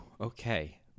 okay